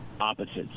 opposites